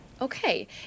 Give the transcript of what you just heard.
okay